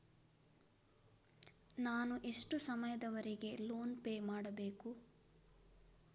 ನಾನು ಎಷ್ಟು ಸಮಯದವರೆಗೆ ಲೋನ್ ಪೇ ಮಾಡಬೇಕು?